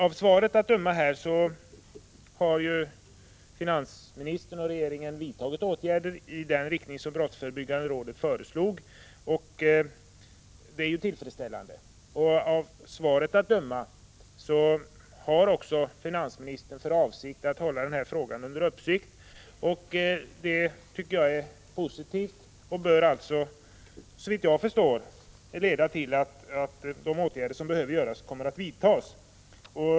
Av svaret att döma har finansministern och regeringen vidtagit åtgärder i den riktning som Brottsförebyggande rådet föreslog, och det är ju tillfredsställande. Svaret antyder också att finansministern har för avsikt att hålla frågan under uppsikt. Det tycker jag är positivt, och det bör — såvitt jag förstår — leda till att de åtgärder som behövs kommer att vidtas.